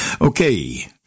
Okay